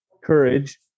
courage